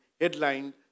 headlined